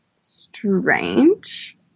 strange